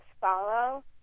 follow